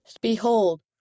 Behold